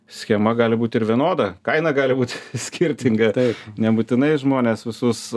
schema gali būt ir vienoda kaina gali būt skirtinga tai nebūtinai žmones visus